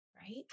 right